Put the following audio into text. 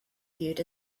viewed